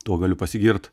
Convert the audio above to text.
tuo galiu pasigirt